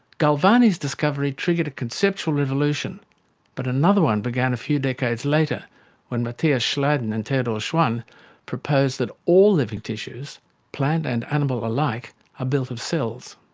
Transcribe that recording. galvani's discovery triggered a conceptual revolution but another one began a few decades later when matthias schleiden and theodor schwann proposed that all living tissues plant and animal alike are ah built of cells.